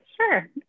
Sure